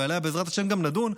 ועליה בעזרת השם גם נדון,